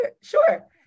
sure